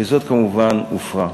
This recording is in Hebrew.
וזאת כמובן הופרה.